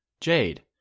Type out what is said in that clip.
Jade